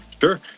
sure